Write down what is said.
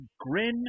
grin